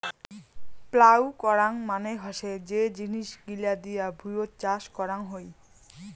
plough করাং মানে হসে যে জিনিস গিলা দিয়ে ভুঁইয়ত চাষ করং হই